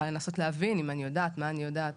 לנסות להבין אם אני יודעת ומה אני יודעת,